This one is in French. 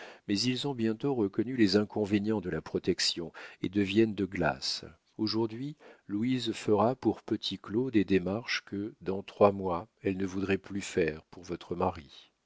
mais ils ont bientôt reconnu les inconvénients de la protection et deviennent de glace aujourd'hui louise fera pour petit claud des démarches que dans trois mois elle ne voudrait plus faire pour votre mari